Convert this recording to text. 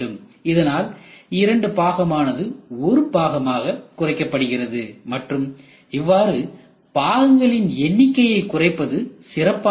இதனால் இரண்டு பாகமானது ஒரு பாகமாக குறைக்கப்படுகிறது மற்றும் இவ்வாறு பாகங்களின் எண்ணிக்கையை குறைப்பது சிறப்பானதாகும்